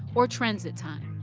or transit time.